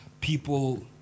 people